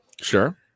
sure